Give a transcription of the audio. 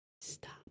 stop